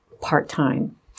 part-time